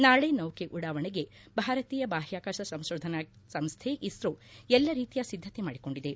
ನಾಳೆ ನೌಕೆ ಉಡಾವಣೆಗೆ ಭಾರತೀಯ ಬಾಹ್ಯಾಕಾಶ ಸಂಶೋಧನಾ ಸಂಸ್ಥೆ ಇಸ್ತೊ ಎಲ್ಲ ರೀತಿಯ ಸಿದ್ದತೆ ಮಾಡಿಕೊಂಡಿದೆ